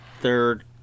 third